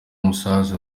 musaza